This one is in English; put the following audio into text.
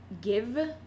give